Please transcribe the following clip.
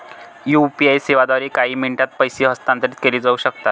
UPI सेवांद्वारे काही मिनिटांत पैसे हस्तांतरित केले जाऊ शकतात